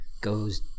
goes